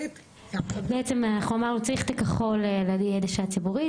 בעצם אמרנו שצריך את הכחול להביא למודעות ציבורית,